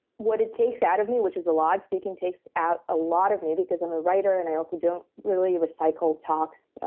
what it takes out of me which is a lot speaking takes out a lot of me because i'm a writer. and i also don't really recycle talks.